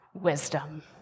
wisdom